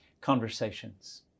conversations